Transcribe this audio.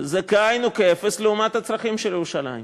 זה כאין וכאפס לעומת הצרכים של ירושלים.